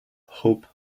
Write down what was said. hope